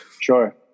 Sure